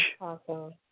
Awesome